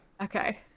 okay